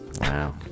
wow